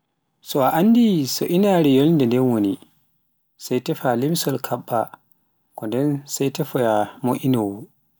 so a anndi inare so yonlde den woni, sai tefaa, limsol kaɓɓa, ko nden sai tefoya mo'inowoo.